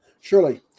Surely